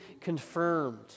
confirmed